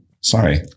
Sorry